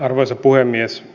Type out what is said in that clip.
arvoisa puhemies